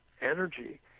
energy